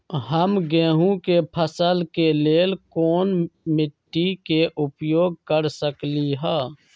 हम गेंहू के फसल के लेल कोन मिट्टी के उपयोग कर सकली ह?